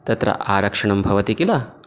तत्र आरक्षणं भवति किल